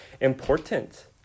important